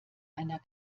einer